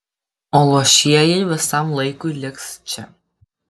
o luošieji visam laikui liks čia